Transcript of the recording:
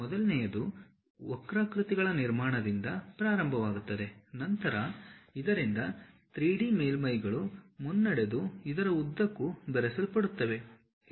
ಮೊದಲನೆಯದು ವಕ್ರಾಕೃತಿಗಳ ನಿರ್ಮಾಣದಿಂದ ಪ್ರಾರಂಭವಾಗುತ್ತದೆ ನಂತರ ಇದರಿಂದ 3D ಮೇಲ್ಮೈಗಳು ಮುನ್ನಡೆದು ಇದರ ಉದ್ದಕ್ಕೂ ಬೆರೆಸಲ್ಪಡುತ್ತವೆ